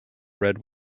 red